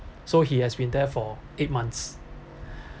so he has been there for eight months